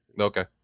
Okay